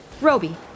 Roby